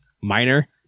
minor